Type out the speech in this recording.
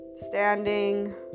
standing